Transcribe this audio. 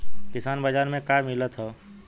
किसान बाजार मे का मिलत हव?